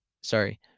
sorry